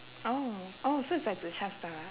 oh oh so it's like zhi char style ah